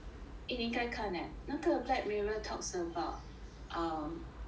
eh 你应该看 eh 那个 black mirror talks about um what